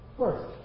first